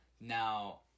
Now